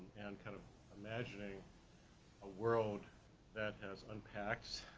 and kind of imagining a world that has unpacks,